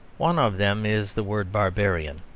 one of them is the word barbarian.